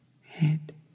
head